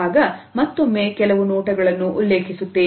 ಆಗ ಮತ್ತೊಮ್ಮೆ ಕೆಲವು ನೋಟಗಳನ್ನು ಉಲ್ಲೇಖಿಸುತ್ತೇನೆ